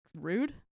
rude